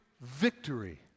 victory